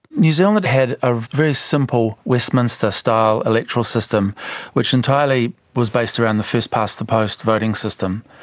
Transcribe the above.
new zealand had a very simple westminster style electoral system which entirely was based around the first-past-the-post voting system.